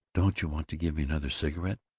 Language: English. don't you want to give me another cigarette?